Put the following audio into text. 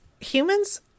humans